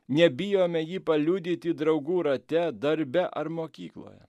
nebijome jį paliudyti draugų rate darbe ar mokykloje